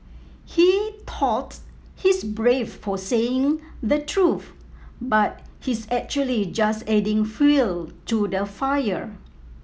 he thought he's brave for saying the truth but he's actually just adding fuel to the fire